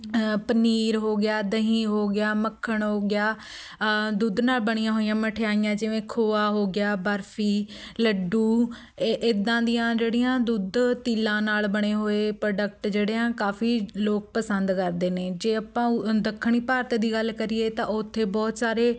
ਪਨੀਰ ਹੋ ਗਿਆ ਦਹੀਂ ਹੋ ਗਿਆ ਮੱਖਣ ਹੋ ਗਿਆ ਦੁੱਧ ਨਾਲ਼ ਬਣੀਆਂ ਹੋਈਆਂ ਮਠਿਆਈਆਂ ਜਿਵੇਂ ਖੋਆ ਹੋ ਗਿਆ ਬਰਫ਼ੀ ਲੱਡੂ ਏ ਇੱਦਾਂ ਦੀਆਂ ਜਿਹੜੀਆਂ ਦੁੱਧ ਤਿੱਲਾਂ ਨਾਲ਼ ਬਣੇ ਹੋਏ ਪ੍ਰੋਡਕਟ ਜਿਹੜੇ ਆ ਕਾਫ਼ੀ ਲੋਕ ਪਸੰਦ ਕਰਦੇ ਨੇ ਜੇ ਆਪਾਂ ਦੱਖਣੀ ਭਾਰਤ ਦੀ ਗੱਲ ਕਰੀਏ ਤਾਂ ਉੱਥੇ ਬਹੁਤ ਸਾਰੇ